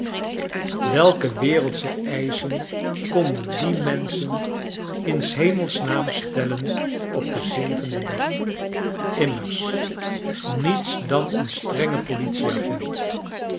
welke wereldsche eischen konden die mensehen in s hemels naam stellen op den zevenden dag immers niets dan een strengen politieagent